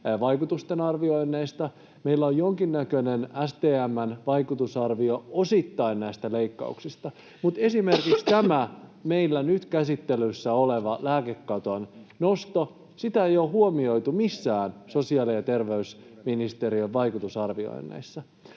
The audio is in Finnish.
vaikutusten arvioinneista. Meillä on osittain jonkinnäköinen STM:n vaikutusarvio näistä leikkauksista, mutta esimerkiksi tätä meillä nyt käsittelyssä olevaa lääkekaton nostoa ei ole huomioitu missään sosiaali‑ ja terveysministeriön vaikutusarvioinneissa.